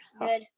Good